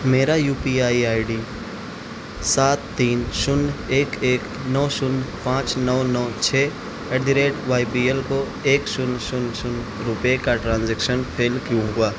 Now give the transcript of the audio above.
میرا U P I I D سات تین شونیہ ایک ایک نو شونیہ پانچ نو نو چھ at the rate Y B L کو ایک شونیہ شونیہ شونیہ روپئے کا ٹرانزیکشن فیل کیوں ہوا